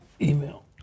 email